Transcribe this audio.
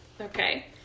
Okay